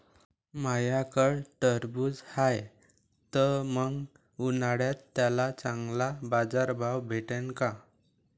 माह्याकडं टरबूज हाये त मंग उन्हाळ्यात त्याले चांगला बाजार भाव भेटन का?